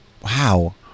Wow